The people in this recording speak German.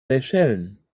seychellen